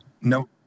no